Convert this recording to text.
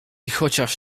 chociaż